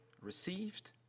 received